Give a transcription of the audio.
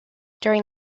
during